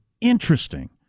interesting